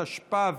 כספים.